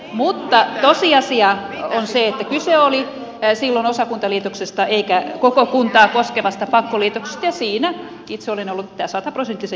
mutta tosiasia on se että kyse oli silloin osakuntaliitoksesta eikä koko kuntaa koskevasta pakkoliitoksesta ja siinä itse olen ollut sataprosenttisen johdonmukainen